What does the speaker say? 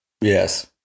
Yes